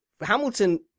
Hamilton